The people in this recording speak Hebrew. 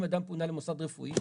אם אדם פונה למוסד רפואי,